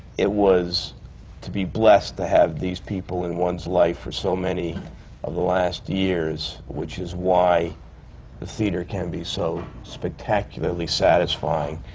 it was to be blessed to have these people in one's life for so many of the last years, which is why the theatre can be so spectacularly satisfying.